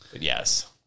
Yes